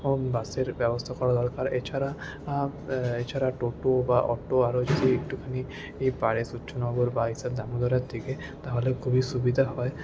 বাসের ব্যবস্থা করা দরকার এছাড়া এছাড়া টোটো বা অটো আরও যদি একটুখানি বাড়ে সূর্যনগর বা এসব দামোদরের দিকে তাহলে খুবই সুবিধা হয়